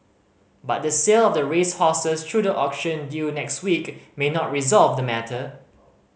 but the sale of the racehorses through the auction due next week may not resolve the matter